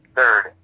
Third